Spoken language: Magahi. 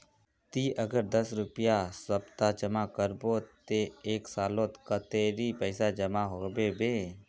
ती अगर दस रुपया सप्ताह जमा करबो ते एक सालोत कतेरी पैसा जमा होबे बे?